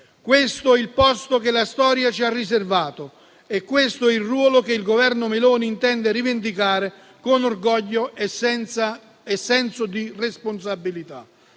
Questo è il posto che la storia ci ha riservato e questo è il ruolo che il Governo Meloni intende rivendicare con orgoglio e senso di responsabilità.